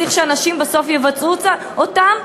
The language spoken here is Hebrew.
צריך שאנשים בסוף יבצעו אותם,